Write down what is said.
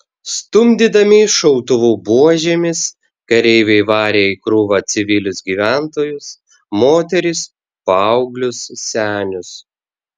stumdydami šautuvų buožėmis kareiviai varė į krūvą civilius gyventojus moteris paauglius senius